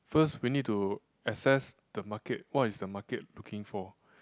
first we need to access the market what is the market looking for